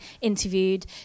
interviewed